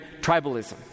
tribalism